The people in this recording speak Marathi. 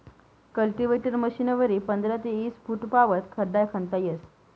कल्टीवेटर मशीनवरी पंधरा ते ईस फुटपावत खड्डा खणता येस